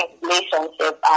relationship